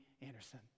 Anderson